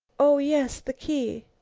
oh, yes, the key.